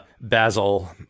Basil